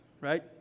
right